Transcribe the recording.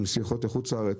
עם שחות לחוץ לארץ.